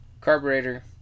Carburetor